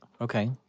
Okay